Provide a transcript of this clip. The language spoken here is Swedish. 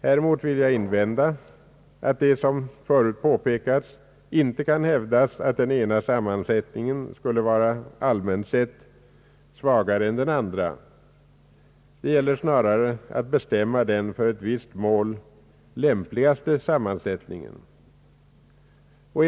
Häremot vill jag invända att det, såsom förut påpekats inte kan hävdas att den ena sammansättningen skulle vara allmänt sett svagare än den andra. Det gäller snarare att bestämma den för ett visst mål lämpligaste sammansättning en.